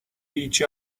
each